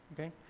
Okay